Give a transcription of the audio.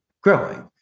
growing